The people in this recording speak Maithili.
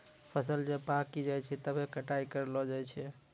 फसल जब पाक्की जाय छै तबै कटाई करलो जाय छै